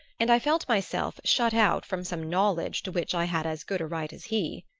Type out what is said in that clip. and i felt myself shut out from some knowledge to which i had as good a right as he.